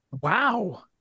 Wow